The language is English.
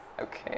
Okay